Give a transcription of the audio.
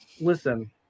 Listen